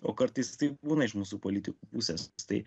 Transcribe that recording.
o kartais taip būna iš mūsų politikų pusės tai